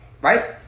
Right